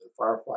firefight